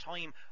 time